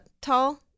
tall